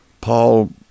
Paul